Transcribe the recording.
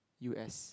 U S